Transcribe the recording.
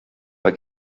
bei